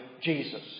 Jesus